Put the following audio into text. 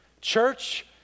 Church